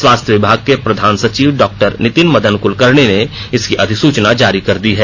स्वास्थ्य विभाग के प्रधान सचिव डॉ नितिन मदन कुलकर्णी ने इसकी अधिसूचना जारी कर दी है